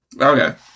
okay